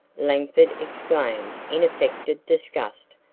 langford exclaimed in affected disgust.